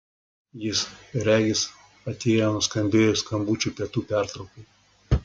jis regis atėjo nuskambėjus skambučiui pietų pertraukai